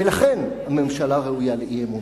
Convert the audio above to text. ולכן הממשלה ראויה לאי-אמון.